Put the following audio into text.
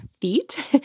feet